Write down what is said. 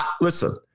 listen